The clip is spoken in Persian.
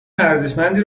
ارزشمندی